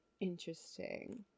Interesting